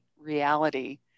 reality